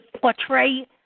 portray